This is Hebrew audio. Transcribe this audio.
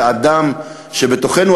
את האדם שבתוכנו,